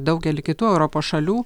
daugely kitų europos šalių